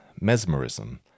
mesmerism